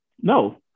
No